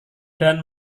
dan